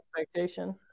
Expectation